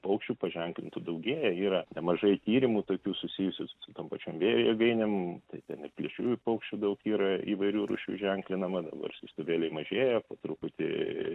paukščių paženklintų daugėja yra nemažai tyrimų tokių susijusių su tom pačiom vėjo jėgainėm tai ten ir plėšriųjų paukščių daug yra įvairių rūšių ženklinama dabar siųstuvėliai mažėja po truputį